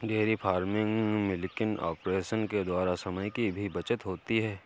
dairy farming milking operation के द्वारा समय की भी बचत होती है